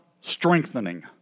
strengthening